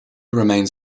remains